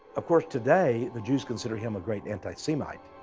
of course, today the jews consider him a great anti-semite.